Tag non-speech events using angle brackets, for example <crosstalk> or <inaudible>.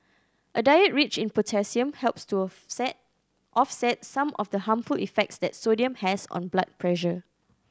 a diet rich in potassium helps to <unintelligible> offset some of the harmful effects that sodium has on blood pressure